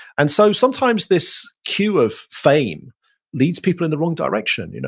and so sometimes this cue of fame leads people in the wrong direction. you know